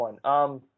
one